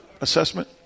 assessment